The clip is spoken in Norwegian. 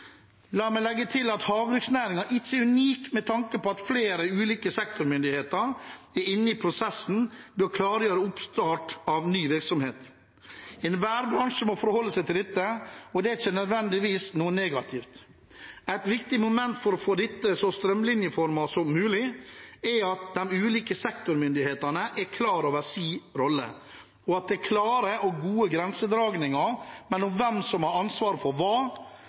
La meg legge til at havbruksnæringen ikke er unik, med tanke på at flere ulike sektormyndigheter er inne i prosessen ved å klargjøre oppstart av ny virksomhet. Enhver bransje må forholde seg til dette, og det er ikke nødvendigvis noe negativt. Et viktig moment for å få dette så strømlinjeformet som mulig er at de ulike sektormyndighetene er klar over sin rolle, og at det er klare og gode grensedragninger mellom hvem som har ansvaret for hva,